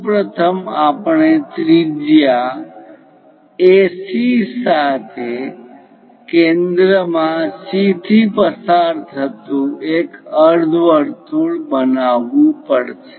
સૌ પ્રથમ આપણે ત્રિજ્યા AC સાથે કેન્દ્રમાં C થી પસાર થતું એક અર્ધવર્તુળ બનાવવું પડશે